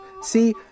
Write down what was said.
See